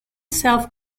self